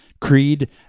Creed